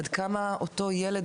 עד כמה אותו ילד,